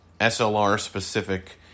SLR-specific